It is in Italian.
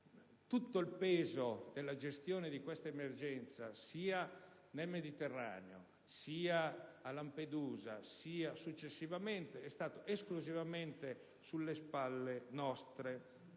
Tutto il peso della gestione di questa emergenza, sia nel Mediterraneo sia a Lampedusa, anche successivamente, è stato esclusivamente sulle nostre